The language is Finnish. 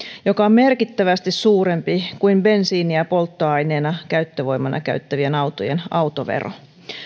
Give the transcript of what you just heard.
joka on merkittävästi suurempi kuin bensiiniä polttoaineena käyttövoimana käyttävien autojen autovero